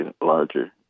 larger